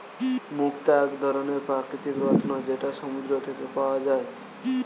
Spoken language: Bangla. মুক্তা এক ধরনের প্রাকৃতিক রত্ন যেটা সমুদ্র থেকে পাওয়া যায়